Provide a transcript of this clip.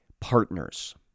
partners